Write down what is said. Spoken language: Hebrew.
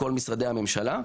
לכל משרדי הממשלה,